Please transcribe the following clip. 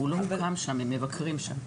הוא לא הוקם שם, הם מבקרים שם.